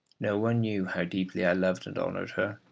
no one knew how deeply i loved and honoured her.